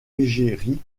égérie